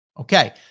okay